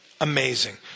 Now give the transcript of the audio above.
amazing